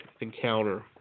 encounter